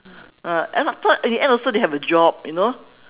ah and I thought in the end also they have a job you know